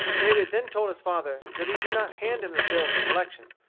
david then told his father that he did not hand him the bill for collection,